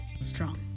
strong